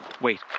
Wait